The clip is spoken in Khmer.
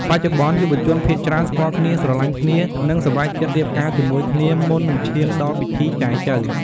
បច្ចុប្បន្ន យុវជនភាគច្រើនស្គាល់គ្នា ស្រឡាញ់គ្នា និងសម្រេចចិត្តរៀបការជាមួយគ្នាមុននឹងឈានដល់ពិធីចែចូវ។